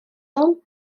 том